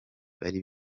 bari